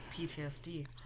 PTSD